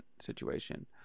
situation